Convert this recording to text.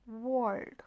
World